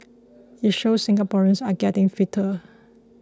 it shows Singaporeans are getting fitter